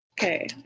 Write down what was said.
Okay